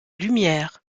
lumière